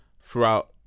throughout